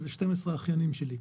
זה 12 אחיינים שלי.